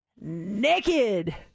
naked